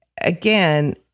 again